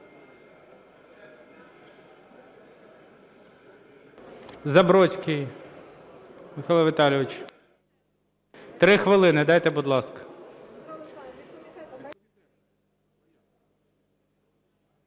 Забродський Михайло Віталійович. 3 хвилини дайте, будь ласка.